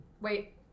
Wait